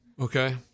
okay